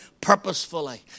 purposefully